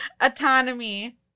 autonomy